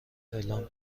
اعلام